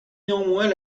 néanmoins